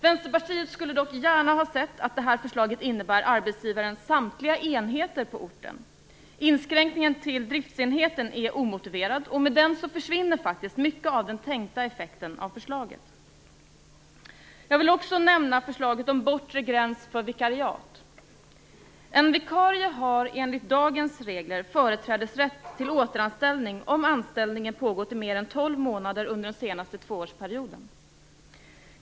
Vänsterpartiet skulle dock gärna ha sett att förslaget innefattar arbetsgivarens samtliga enheter på orten. Inskränkningen till driftsenheten är omotiverad. Med den försvinner mycket av den tänkta effekten av förslaget. Jag vill också nämna förslaget om bortre gräns för vikariat. En vikarie har enligt dagens regler företrädesrätt till återanställning som anställningen pågått i mer än 12 månader under den senaste tvåårsperioden.